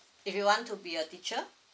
if you want to be a teacher